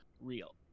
real